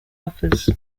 others